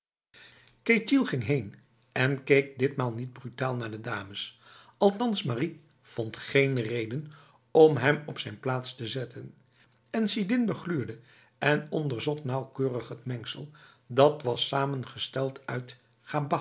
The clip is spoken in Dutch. ging heen en keek ditmaal niet brutaal naar de dames althans marie vond geen reden om hem op zijn plaats te zetten'l en sidin begluurde en onderzocht nauwkeurig het mengsel dat was samengesteld uit gabah